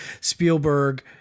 Spielberg